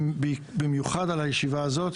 במיוחד על הישיבה הזאת,